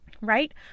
right